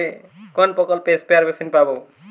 কোন প্রকল্পে spare machine পাব?